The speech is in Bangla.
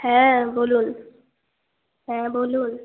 হ্যাঁ বলুন হ্যাঁ বলুন